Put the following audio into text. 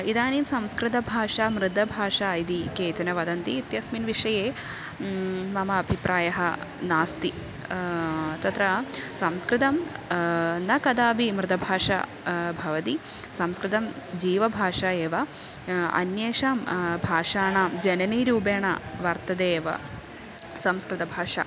इदानीं संस्कृतभाषा मृतभाषा इति केचन वदन्ति इत्यस्मिन् विषये मम अभिप्रायः नास्ति तत्र संस्कृतं न कदापि मृतभाषा भवति संस्कृतं जीवभाषा एव अन्येषां भाषाणां जननीरूपेण वर्तते एव संस्कृतभाषा